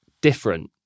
different